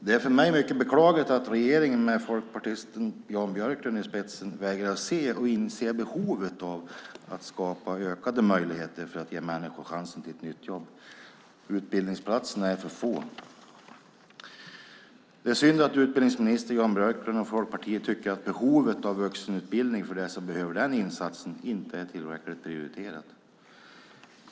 Det är för mig mycket beklagligt att regeringen, med folkpartisten Jan Björklund i spetsen, vägrar se och inse behovet av att skapa ökade möjligheter för att ge människor chansen till ett nytt jobb. Utbildningsplatserna är för få. Det är synd att utbildningsminister Jan Björklund och Folkpartiet tycker att behovet av vuxenutbildning för dem som behöver den insatsen inte är tillräckligt prioriterad.